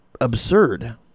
absurd